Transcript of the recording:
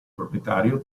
proprietario